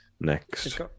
next